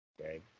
Okay